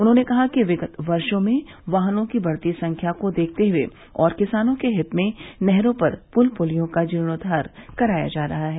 उन्होंने कहा कि विगत वर्षो में वाहनों की बढ़ती संख्या को देखते हुए और किसानों के हित में नहरों पर पुल पुलियों का जीर्णोद्वार कराया जा रहा है